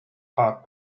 heart